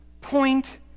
point